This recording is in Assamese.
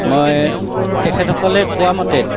মই তেখেতসকলে কোৱা মতে